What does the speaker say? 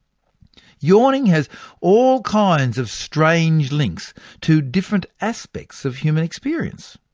yawning has all kinds of strange links to different aspects of human experience.